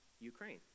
Ukraine